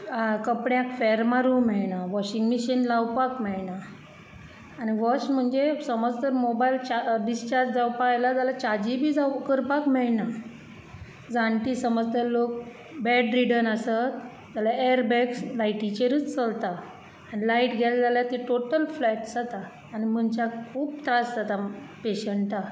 कपड्यांक फॅर मारूंक मेळना वॉशींग मशीन लावपाक मेळना आनी वर्स्ट म्हणजे समज तर मोबायल चार्ज डिस्चार्ज जावपाक आयला आल्या चार्जींग बी जाव करपाक मेळणा जाण्टी समज तर लोक बॅड रिडन आसत जाल्या एर बॅग लायटीचेरूच चलता आनी लायट गेली जाल्यार ती टोटल फ्लॅट जाता आनी मनशाक खूब त्रास जाता पेश्ण्टाक